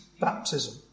baptism